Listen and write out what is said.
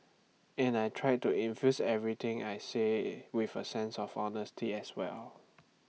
and I try to infuse everything I say with A sense of honesty as well